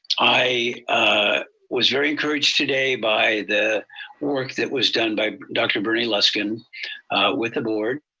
i was very encouraged today by the work that was done by dr. bernie luskin with the board.